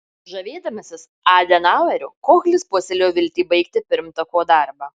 žavėdamasis adenaueriu kohlis puoselėjo viltį baigti pirmtako darbą